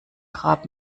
grab